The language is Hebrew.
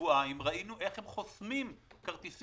שבועיים ראינו איך הם חוסמים כרטיסים